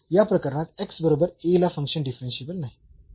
म्हणून या प्रकरणात बरोबर ला फंक्शन डिफरन्शियेबल नाही